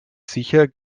sicher